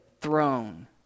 throne